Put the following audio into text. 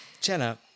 Jenna